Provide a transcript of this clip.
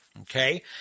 Okay